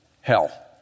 Hell